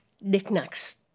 knickknacks